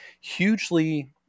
hugely